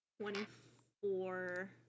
twenty-four